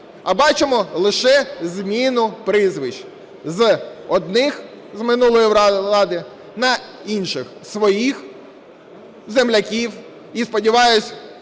а бачимо лише зміну прізвищ з одних з минулої влади на інших, своїх земляків, і, сподіваюсь,